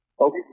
Okay